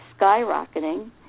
skyrocketing